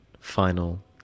Final